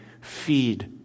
feed